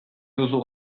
duzu